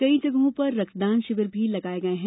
कई जगहों पर रक्तदान शिविर भी लगाये गये हैं